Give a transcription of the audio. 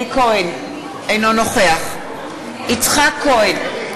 אינו נוכח יצחק כהן,